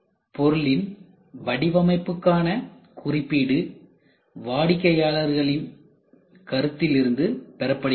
பொருளின் வடிவமைப்புக்கான குறிப்பீடு வாடிக்கையாளர்களின் கருத்தில் இருந்து பெறப்படுகிறது